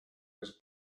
was